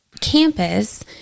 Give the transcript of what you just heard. campus